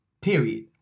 period